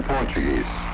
Portuguese